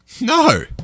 No